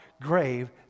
grave